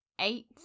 eight